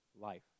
life